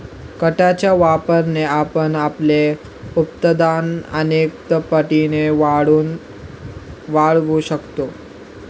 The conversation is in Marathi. खताच्या वापराने आपण आपले उत्पादन अनेक पटींनी वाढवू शकतो